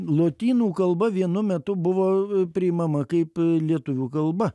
lotynų kalba vienu metu buvo priimama kaip lietuvių kalba